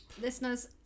listeners